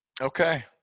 Okay